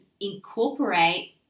incorporate